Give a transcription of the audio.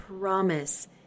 promise